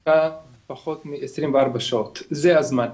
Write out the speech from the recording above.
שלא טופלה פחות מעשרים וארבע שעות, זה הזמן.